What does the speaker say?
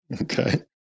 Okay